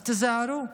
אז תיזהרו.